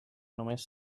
només